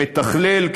מתכלל,